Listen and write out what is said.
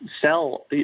sell